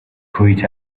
quit